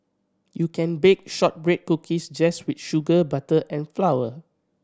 you can bake shortbread cookies just with sugar butter and flour